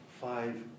Five